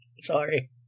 Sorry